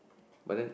but then